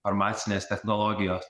farmacinės technologijos